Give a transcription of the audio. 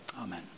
Amen